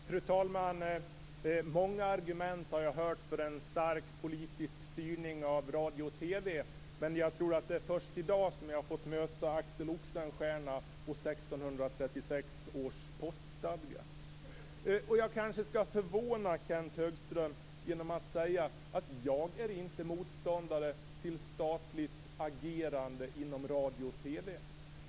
Fru talman! Många argument har jag hört för en stark politisk styrning av radio och TV, men jag tror att det är först i dag som jag har fått möta Axel Oxenstierna och 1636 års poststadga. Jag kanske skall förvåna Kenth Högström genom att säga att jag inte är motståndare till statligt agerande inom radio och TV.